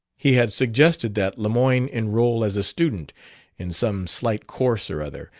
he had suggested that lemoyne enroll as a student in some slight course or other,